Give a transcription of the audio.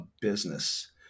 business